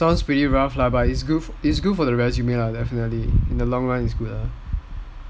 sounds pretty rough lah but it's good for the resume lah definitely in the long run it's good lah